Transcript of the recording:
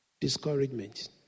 discouragement